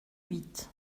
huit